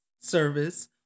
service